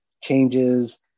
changes